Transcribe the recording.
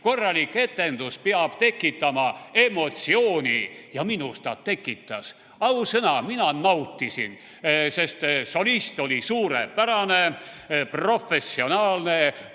Korralik etendus peab tekitama emotsiooni ja minus ta tekitas. Ausõna, mina nautisin, sest solist oli suurepärane, professionaalne